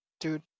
dude